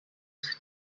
sit